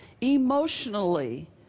Emotionally